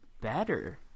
better